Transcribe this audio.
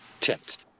tipped